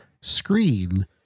screen